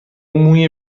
موی